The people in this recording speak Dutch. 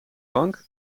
bank